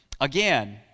Again